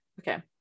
okay